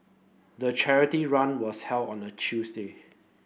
the charity run was held on a Tuesday